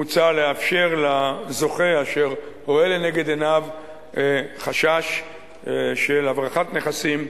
מוצע לאפשר לזוכה אשר רואה לנגד עיניו חשש של הברחת נכסים,